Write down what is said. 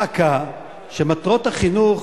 שמטרות החינוך